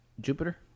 Jupiter